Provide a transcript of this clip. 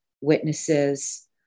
witnesses